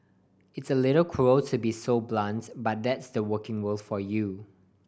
it's a little cruel to be so blunts but that's the working world for you